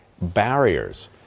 barriers